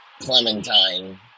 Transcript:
Clementine